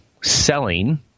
selling